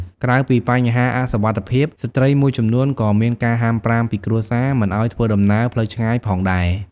ក្រៅពីបញ្ហាអសុវត្ថិភាព ស្ត្រីមួយចំនួនក៏មានការហាមប្រាមពីគ្រួសារមិនឱ្យធ្វើដំណើរផ្លូវឆ្ងាយផងដែរ។